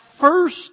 first